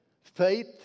Faith